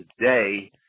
today